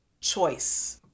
choice